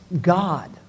God